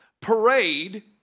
parade